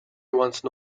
once